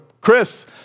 Chris